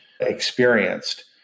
experienced